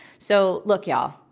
so look, y'all,